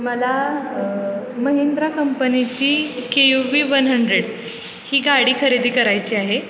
मला महिंद्रा कंपनीची K U V one hundred ही गाडी खरेदी करायची आहे